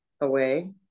away